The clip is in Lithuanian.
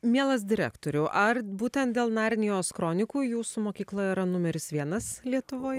mielas direktoriau ar būtent dėl narnijos kronikų jūsų mokykla yra numeris vienas lietuvoj